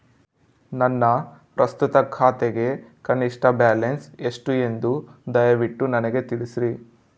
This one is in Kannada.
ನನ್ನ ಪ್ರಸ್ತುತ ಖಾತೆಗೆ ಕನಿಷ್ಠ ಬ್ಯಾಲೆನ್ಸ್ ಎಷ್ಟು ಎಂದು ದಯವಿಟ್ಟು ನನಗೆ ತಿಳಿಸ್ರಿ